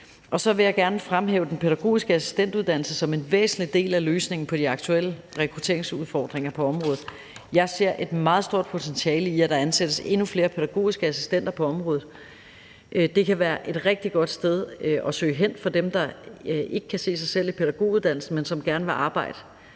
Så vil jeg gerne fremhæve den pædagogiske assistentuddannelse som en væsentlig del af løsningen på de aktuelle rekrutteringsudfordringer på området. Jeg ser et meget stort potentiale i, at der ansættes endnu flere pædagogiske assistenter på området. Det kan være et rigtig godt sted at søge hen for dem, der ikke kan se sig selv i pædagoguddannelsen, men som gerne vil arbejde